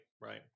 right